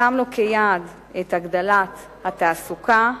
שם לו כיעד את הגדלת התעסוקה,